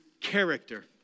character